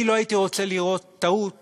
אני לא הייתי רוצה לראות טעות